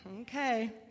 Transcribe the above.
Okay